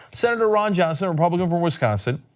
senator ron johnson, republican from wisconsin,